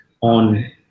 on